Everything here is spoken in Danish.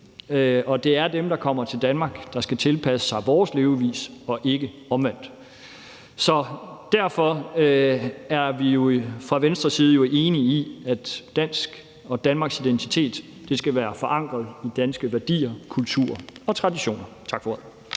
Og det er dem, der kommer til Danmark, der skal tilpasse sig vores levevis, og ikke omvendt. Så derfor er vi jo fra Venstres side enige i, at dansk og Danmarks identitet skal være forankret i danske værdier, kultur og traditioner. Tak for ordet.